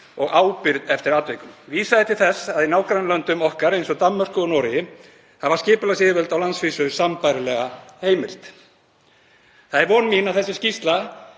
og ábyrgð eftir atvikum. Vísað er til þess að í nágrannalöndum okkar, eins og Danmörku og Noregi, hafa skipulagsyfirvöld á landsvísu sambærilega heimild. Það er von mín að þessi skýrsla